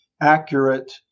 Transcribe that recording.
accurate